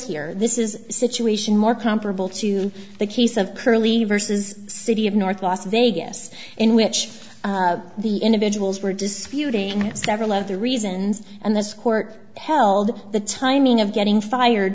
here this is situation more comparable to the case of curley vs city of north las vegas in which the individuals were disputing several of the reasons and this court held the timing of getting fired